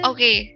Okay